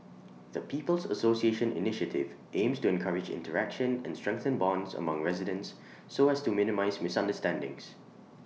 the people's association initiative aims to encourage interaction and strengthen bonds among residents so as to minimise misunderstandings